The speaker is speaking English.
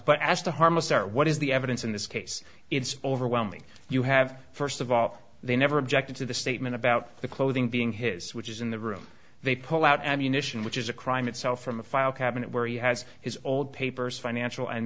but as to harm a star what is the evidence in this case it's overwhelming you have first of all they never objected to the statement about the clothing being his which is a the room they pull out ammunition which is a crime itself from a file cabinet where he has his old papers financial and